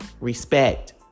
respect